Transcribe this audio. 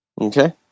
Okay